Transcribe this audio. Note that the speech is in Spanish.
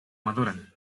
maduran